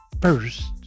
first